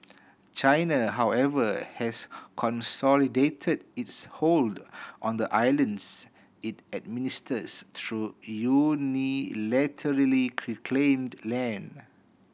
China however has consolidated its hold on the islands it administers through unilaterally claimed land